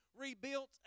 rebuilt